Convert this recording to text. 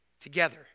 Together